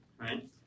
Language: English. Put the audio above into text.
right